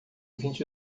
vinte